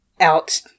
out